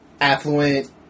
affluent